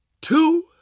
two